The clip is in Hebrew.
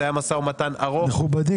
זה היה משא ומתן ארוך -- מכובדי,